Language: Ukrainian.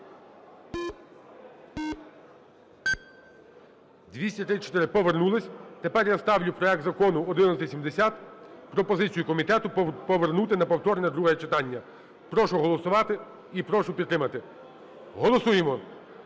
За-234 Повернулись. Тепер я ставлю проект закону 1170, пропозицію комітету, повернути на повторне друге читання. Прошу голосувати і прошу підтримати. Голосуємо.